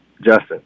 Justin